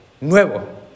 nuevo